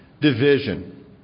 division